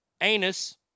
Anus